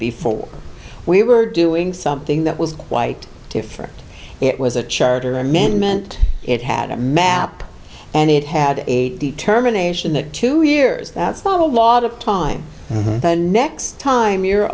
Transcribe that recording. before we were doing something that was quite different it was a charter amendment it had a map and it had a determination that two years that's not a lot of time and the next time you're